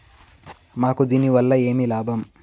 మాకు దీనివల్ల ఏమి లాభం